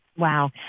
Wow